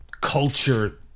culture